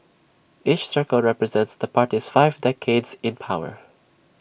each circle represents the party's five decades in power